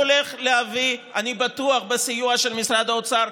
אני בטוח בסיוע של משרד האוצר.